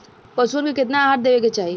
पशुअन के केतना आहार देवे के चाही?